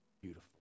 beautiful